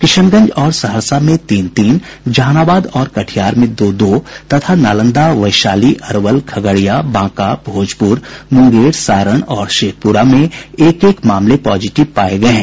किशनगंज और सहरसा में तीन तीन जहानाबाद और कटिहार में दो दो तथा नालंदा वैशाली अरवल खगड़िया बांका भोजपुर मुंगेर सारण और शेखपुरा में एक एक मामले पॉजिटिव पाये गये हैं